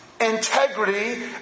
integrity